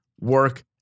work